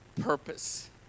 purpose